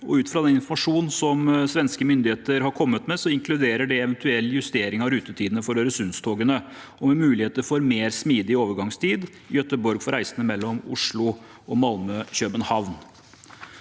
Ut fra den informasjonen svenske myndigheter har kommet med, inkluderer det en eventuell justering av rutetidene for Øresundstogene, med muligheter for mer smidige overgangstider i Göteborg for reisende mellom Oslo og Malmö/København.